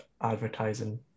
advertising